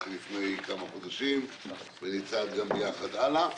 לפני כמה חודשים ונצעד גם ביחד הלאה,